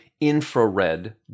infrared